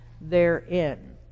therein